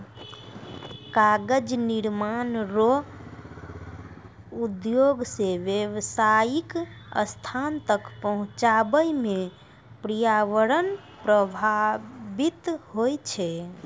कागज निर्माण रो उद्योग से व्यावसायीक स्थान तक पहुचाबै मे प्रर्यावरण प्रभाबित होय छै